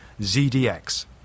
ZDX